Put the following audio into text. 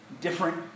different